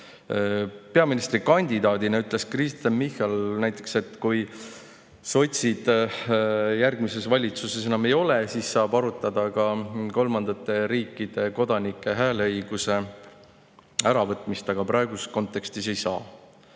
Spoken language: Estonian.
Peaministrikandidaadina ütles Kristen Michal näiteks, et kui sotsid järgmises valitsuses enam ei ole, siis saab arutada ka kolmandate riikide kodanikelt hääleõiguse äravõtmist, aga praeguses kontekstis ei saa. Siis